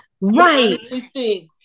Right